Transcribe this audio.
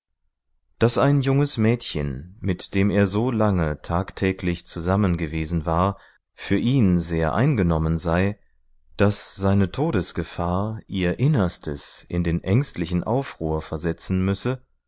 daß ein junges mädchen mit dem er so lange tagtäglich zusammen gewesen war für ihn sehr eingenommen sei daß seine todesgefahr ihr innerstes in den ängstlichsten aufruhr versetzen müsse